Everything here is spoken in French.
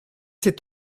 cet